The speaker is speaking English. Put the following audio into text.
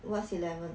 what's eleven